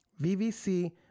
VVC